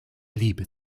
liebe